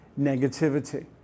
negativity